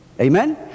Amen